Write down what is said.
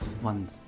one